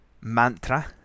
mantra